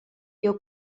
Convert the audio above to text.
jeu